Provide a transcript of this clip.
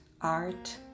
art